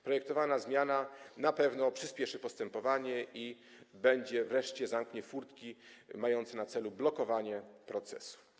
Projektowana zmiana na pewno przyspieszy postępowanie i wreszcie zamknie furtki mające na celu blokowanie procesu.